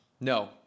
No